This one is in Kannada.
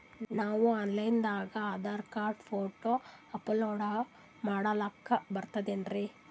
ನಾವು ಆನ್ ಲೈನ್ ದಾಗ ಆಧಾರಕಾರ್ಡ, ಫೋಟೊ ಅಪಲೋಡ ಮಾಡ್ಲಕ ಬರ್ತದೇನ್ರಿ?